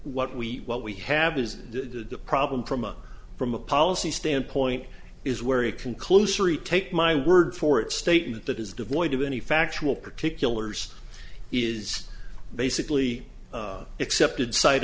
what we what we have is the problem from a from a policy standpoint is wary conclusory take my word for it statement that is devoid of any factual particulars is basically excepted sight